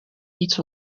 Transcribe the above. iets